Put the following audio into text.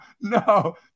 no